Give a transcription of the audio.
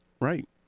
Right